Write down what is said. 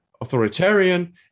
authoritarian